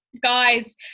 guys